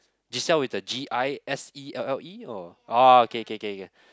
Giselle with the G_I_S_E_L_L_E or orh okay okay okay okay